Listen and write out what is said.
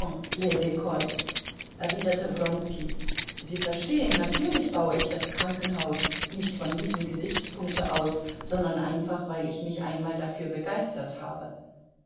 coles erwiderte wronski sie verstehen natürlich baue ich das krankenhaus nicht von diesem gesichtspunkte aus sondern einfach weil ich mich einmal dafür begeistert habe